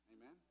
Amen